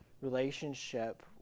relationship